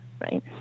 right